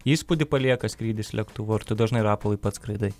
įspūdį palieka skrydis lėktuvu ar tu dažnai rapolai pats skraidai